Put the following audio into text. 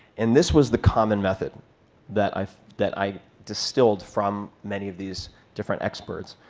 and this was the common method that i that i distilled from many of these different experts